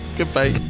Goodbye